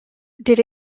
did